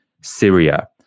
Syria